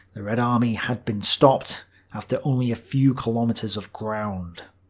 the red army had been stopped after only a few kilometers of ground.